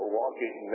walking